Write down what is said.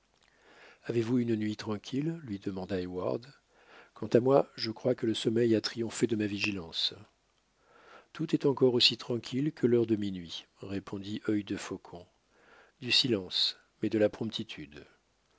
avez-vous eu une nuit tranquille lui demanda heyward quant à moi je crois que le sommeil a triomphé de ma vigilance tout est encore aussi tranquille que l'heure de minuit répondit œil de faucon du silence mais de la promptitude